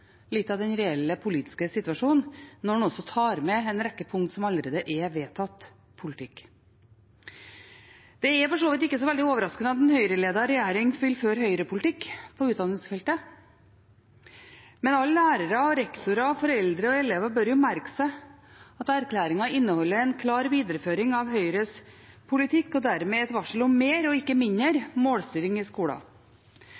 litt av den reelle politiske situasjonen når man også tar med en rekke punkt som allerede er vedtatt politikk. Det er for så vidt ikke så veldig overraskende at en Høyre-ledet regjering vil føre Høyre-politikk på utdanningsfeltet, men alle lærere, rektorer, foreldre og elever bør merke seg at erklæringen inneholder en klar videreføring av Høyres politikk og dermed er et varsko om mer, ikke mindre,